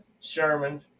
Sherman